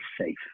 safe